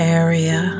area